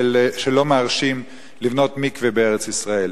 שלא מרשים לבנות מקווה בארץ-ישראל.